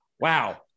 wow